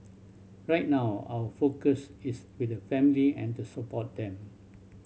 right now our focus is with the family and to support them